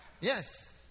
Yes